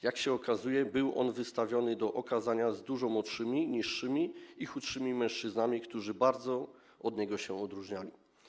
Jak się okazuje, był on wystawiony do okazania z dużo młodszymi, niższymi i chudszymi mężczyznami, którzy bardzo się od niego różnili.